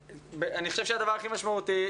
אני חושב שהדבר הכי משמעותי,